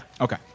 Okay